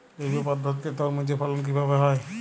জৈব পদ্ধতিতে তরমুজের ফলন কিভাবে হয়?